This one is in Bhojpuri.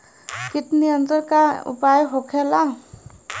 कीट नियंत्रण के का उपाय होखेला?